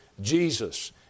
Jesus